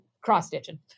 cross-stitching